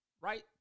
right